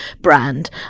brand